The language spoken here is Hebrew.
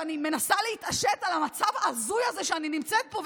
ואני מנסה להתעשת על המצב ההזוי הזה שאני נמצאת בו,